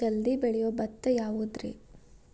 ಜಲ್ದಿ ಬೆಳಿಯೊ ಭತ್ತ ಯಾವುದ್ರೇ?